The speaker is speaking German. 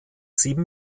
sieben